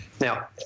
Now